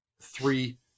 three